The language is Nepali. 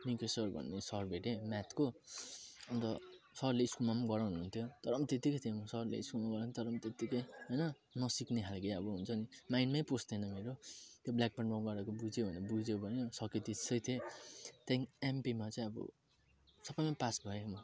निकेस सर भन्ने सर भेटेँ म्याथको अनि त सरले स्कुलमा पनि गराउनुहुन्थ्यो तर पनि त्यत्तिक्कै थिएँ सरले स्कुलमा पनि गराउँथ्यो तर म त्यत्तिक्कै हैन नसिक्ने खालको अब हुन्छ नि माइन्डमै पस्थेन मेरो त्यो ब्ल्याक बोर्डमा गरेको बुझ्यो भने बुझ्यो भन्यो सक्यो त्यसै चाहिँ त्यहाँदेखिन् एमपीमा चाहिँ चाहिँ सबैमा पास भएँ